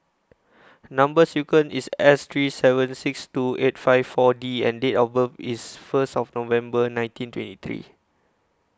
Number sequence IS S three seven six two eight five four D and Date of birth IS First November nineteen twenty three